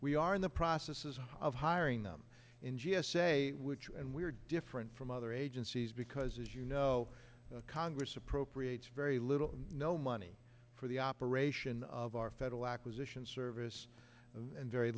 we are in the processes of hiring them in g s a which and we're different from other agencies because as you know congress appropriates very little no money for the operation of our federal acquisition service and very